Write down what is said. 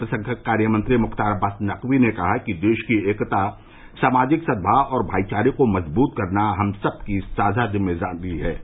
अल्पसंख्यक कार्यमंत्री मुख्तार अब्बास नकवी ने कहा कि देश की एकता सामाजिक सद्भाव और भाईचारे को मजबूत करना हम सबकी साझा जिम्मेदारी है